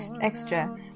extra